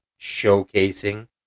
showcasing